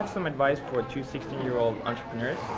some advice for two sixteen year old entrepreneurs?